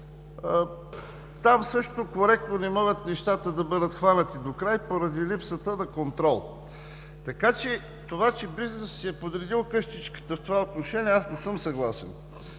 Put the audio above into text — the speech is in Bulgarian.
–там също коректно не могат нещата да бъдат хванати докрай поради липсата на контрол. С това, че бизнесът си е подредил къщичката в това отношение, аз не съм съгласен.